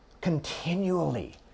continually